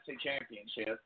Championship